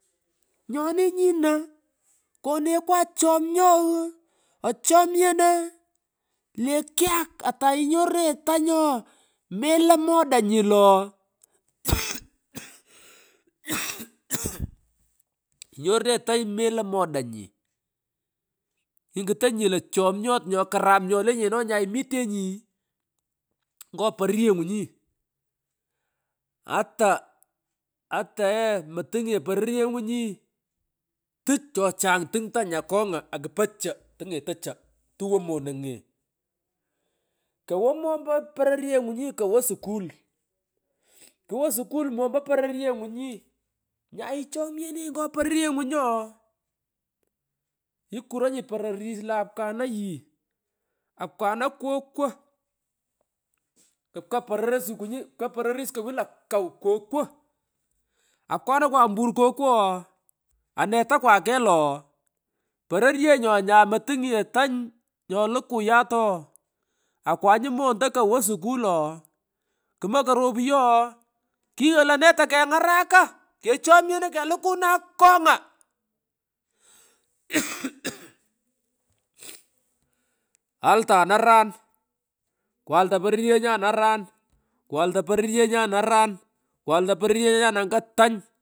Nyoni nyino konekwa chomnyo uuh ochomnyeno le kyak atoinyorunenyi tany ooh meloy modanyi lo kuporu ikrai nyorunenyi tany meloy modanyi ighh ingutony lo chomnyot nyokaram nyolenye re nyai imitenyi ngo pororyengunyi ata, ata ye motunganye pororyenguni tuch chochang tung tany akonga akupo cho tungeto cho tuwo monunge kumung kowo mombo pororyengunyi kowo sukul kwo mombo pororyenyunyinya ichomnyenenyi ngo pororyengunyi ooh ikuronyi pororis lo apkana yii apkana kokwo mmgh kupka pororis kokonyi pka pororis kokunyi la kaw kokwo apanakwaompur kokwo ooh anetaka kegh lo ooh pororyenyo nyamo tungnye tany nyo lukuyat ooh akwanyi monda kowo sukul ooh kmokoy ropuyo ooh king’oi lone takengaraka kechomnyeno kelukuna akonga krai altan aran kwalta pororyenyan arah kwaita pororyenyan aran kwaita pororyenyan anga tany.